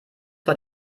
vor